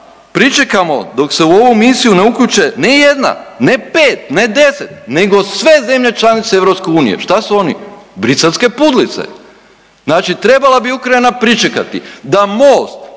pričekamo dok se u ovu misiju ne uključe ne jedna, ne pet, ne deset nego sve zemlje članice Europske unije. Što su oni? Briselske pudlice. Znači trebala bi Ukrajina pričekati da Most